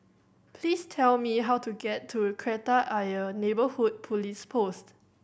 please tell me how to get to Kreta Ayer Neighbourhood Police Post